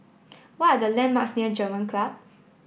what are the landmarks near German Club